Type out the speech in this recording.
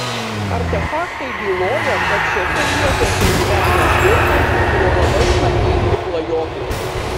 artefaktai byloja kad šiose vietose gyvenę tiurkai buvo labai nagingi klajokliai